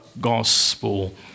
gospel